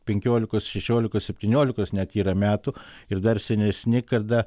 penkiolikos šešiolikos septyniolikos net yra metų ir dar senesni kada